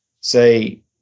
say